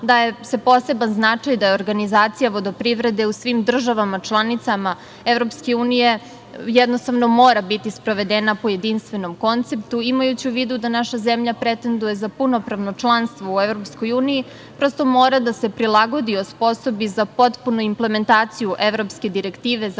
daje se poseban značaj da organizacija vodoprivrede u svim državama-članicama Evropske unije jednostavno mora biti sprovedena po jedinstvenom konceptu. Imajući u vidu da naša zemlja pretenduje za punopravno članstvo u Evropskoj uniji, prosto mora da se prilagodi i osposobi za potpunu implementaciju Evropske direktive za